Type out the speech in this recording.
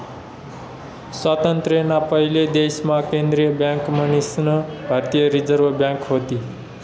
स्वातंत्र्य ना पयले देश मा केंद्रीय बँक मन्हीसन भारतीय रिझर्व बँक व्हती